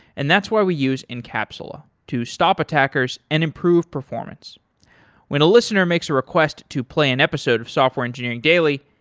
and that's why we use incapsula, to stop attackers and improve performance when a listener makes a request to play an episode of software engineering daily,